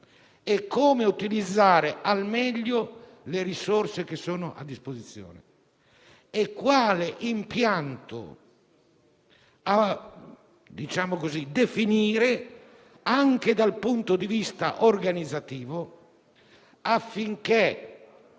e come utilizzare al meglio le risorse a disposizione, nonché quale impianto definire, anche dal punto di vista organizzativo, affinché